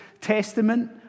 Testament